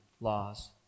laws